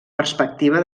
perspectiva